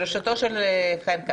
בראשותו של חבר הכנסת חיים כץ.